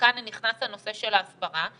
וכאן נכנס הנושא של ההסברה,